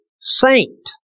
saint